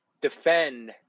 defend